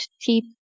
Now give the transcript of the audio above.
keep